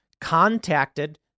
contacted